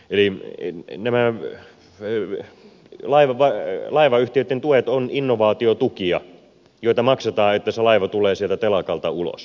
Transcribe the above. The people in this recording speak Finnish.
eli nämä laivayhtiöitten tuet ovat innovaatiotukia joita maksetaan että se laiva tulee sieltä telakalta ulos